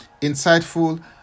insightful